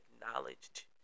acknowledged